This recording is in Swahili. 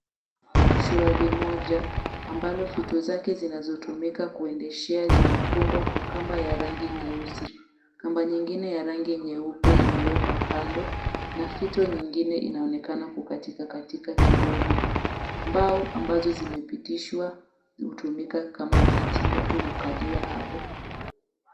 Shuali moja ambalo fito zake zinazotumika kuendeshea zimefungwa kwa kamba ya rangi nyeusi. Kamba nyingine ya rangi nyeupe imewekwa kando na fito nyingine inaonekana kukatikatika kidogo. Mbao ambazo zimepitishwa hutumika kama viti watu hukalia hapo.